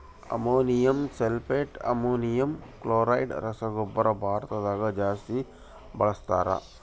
ammonium sulphate, ammonium chloride ರಸಗೊಬ್ಬರನ ಭಾರತದಗ ಜಾಸ್ತಿ ಬಳಸ್ತಾರ